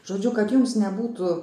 žodžiu kad jums nebūtų